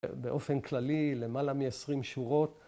‫באופן כללי, למעלה מ-20 שורות.